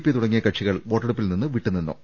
P തുടങ്ങിയ കക്ഷികൾ വോട്ടെടുപ്പിൽനിന്ന് വിട്ടുനിന്നു